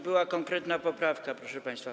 Była konkretna poprawka, proszę państwa.